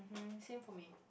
same for me